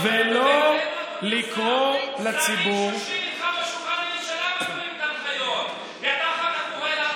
שרים של הממשלה מפירים את ההנחיות האלה,